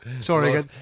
sorry